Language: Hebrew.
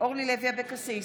אורלי לוי אבקסיס,